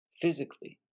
physically